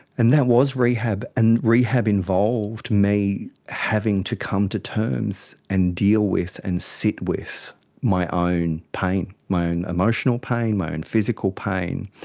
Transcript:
and that was rehab. and rehab involved me having to come to terms and deal with and sit with my own pain, my own emotional pain, my own physical pain,